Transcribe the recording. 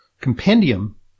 compendium